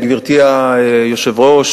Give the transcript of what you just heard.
גברתי היושבת-ראש,